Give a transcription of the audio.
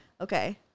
okay